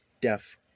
deaf